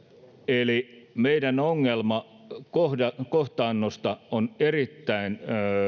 eli meidän ongelmamme kohtaannosta on erittäin